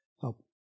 help